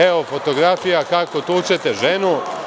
Evo fotografija kako tučete ženu.